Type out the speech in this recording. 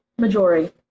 Majori